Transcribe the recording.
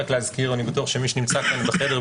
אני בטוח שמי שנמצא בחדר,